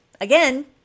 again